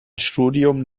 studium